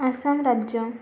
आसाम राज्य